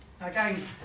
Again